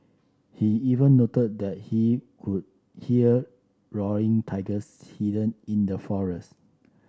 he even noted that he could hear roaring tigers hidden in the forest